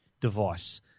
device